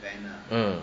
uh